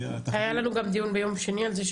היה לנו גם דיון ביום שני על זה,